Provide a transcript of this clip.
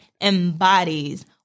embodies